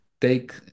take